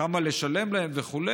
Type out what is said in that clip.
כמה לשלם להם וכו',